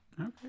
Okay